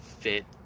fit